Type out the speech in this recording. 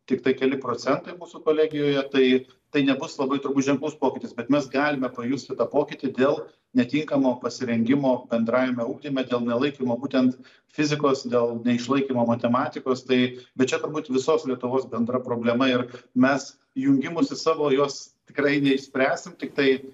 tiktai keli procentai mūsų kolegijoje taip tai nebus labai turbūt ženklus pokytis bet mes galime pajusti tą pokytį dėl netinkamo pasirengimo bendrajame ugdyme dėl nelaikymo būtent fizikos dėl neišlaikymo matematikos tai bet čia turbūt visos lietuvos bendra problema ir mes jungimosi savo jos tikrai neišspręsim tiktai